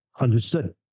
Understood